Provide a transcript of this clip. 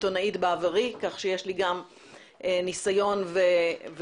עיתונאית בעברי כך שיש לי גם ניסיון וכמובן